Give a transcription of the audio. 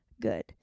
good